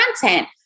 content